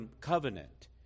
covenant